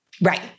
Right